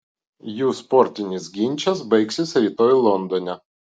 jų sportinis ginčas baigsis rytoj londone